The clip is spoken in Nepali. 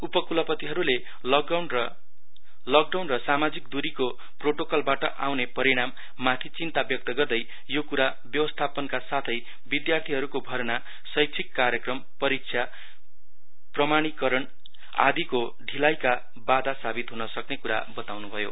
उपकुलपतिहरूले लकडाउन र सामाजिक दुरीको प्रोटोकलबाट आउने परिणाममाथि चिन्ता व्यक्त गर्दै यो कुरा व्यवस्थापनका साथै विद्यार्थीहरूको भरनाशैशिक कार्यक्रम परिक्षा प्रमाणीकरण आदिको डिलाइका बाधा सावित हुन सक्ने कुरा बताइयो